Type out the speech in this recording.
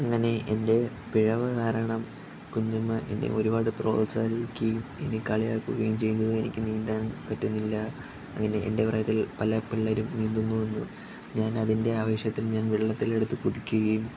അങ്ങനെ എൻ്റെ പിഴവ് കാരണം കുഞ്ഞമ്മ എന്നെ ഒരുപാട് പ്രോത്സാഹിപ്പിക്കുകയും എന്നെ കളിയാക്കുകയും ചെയ്യുന്നത് എനിക്ക് നീന്താൻ പറ്റുന്നില്ല അങ്ങനെ എൻ്റെ പ്രായത്തിൽ പല പിള്ളേരും നീന്തുന്നു എന്നും ഞാൻ അതിൻ്റെ ആവേശത്തിൽ ഞാൻ വെള്ളത്തിൽ എടുത്ത് കുതിക്കുകയും